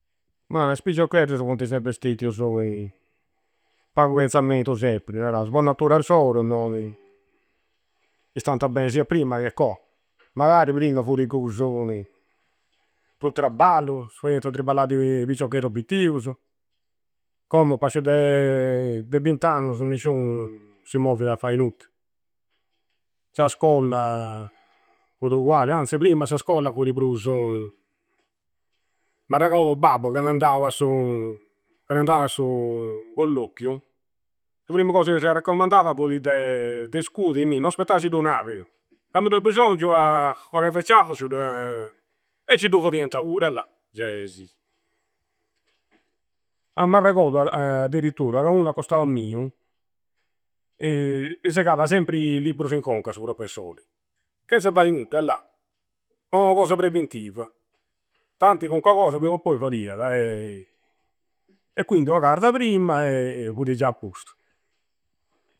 Ma is picciocchedus funti sempri stettiusu in pagu penzammentu sempri, narausu. Po natura inssora, no chi. Istanta bei sia prima, che commu. Magari prima fudi prusu mì pru traballu. Dus fadianta triballai de piccioccheddu pittiusu. Commu pasci de de bint'annusu nisciu si movvidi a fai nudda. Sa scolla fudi ugualli. Anzi, prima sa scolla fudi prusu. M'arragodu babbu candu andau a su. Candu andau a su colloquiu, su primmu cosa chi sia reccommandau ca fudi de de scudi, mì. No aspettai a si du narri. Candu du è bisongiu a ua carda è ciaffu ci du a eh! Ci du fadianta pura, la! Giè, sì. A m'arregodu a. Addirittura ca unu accostau miu di segada sempri librusu in conca su professori, chenze fdai nudda, la. Po ua cosa preventiva. Tanti caincuna cosa prima o poi fadiada e quindi ua carda prima e fudi gia appostu.